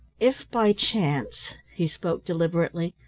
if by chance, he spoke deliberately,